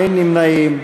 אין נמנעים.